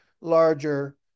larger